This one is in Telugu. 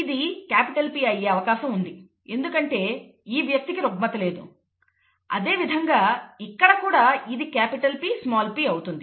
ఇది క్యాపిటల్ P అయ్యే అవకాశం ఉంది ఎందుకంటే ఈ వ్యక్తికి రుగ్మత లేదు అదేవిధంగా ఇక్కడ కూడా ఇది క్యాపిటల్ P స్మాల్ p అవుతుంది